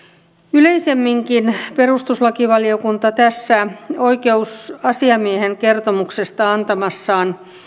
yleisemminkin perustuslakivaliokunta tässä oikeusasiamiehen kertomuksesta antamassaan